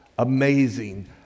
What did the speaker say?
Amazing